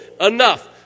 enough